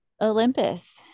Olympus